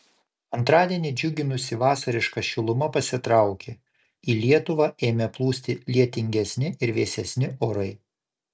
antradienį džiuginusi vasariška šiluma pasitraukė į lietuvą ėmė plūsti lietingesni ir vėsesni orai